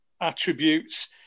attributes